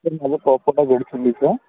sir माझा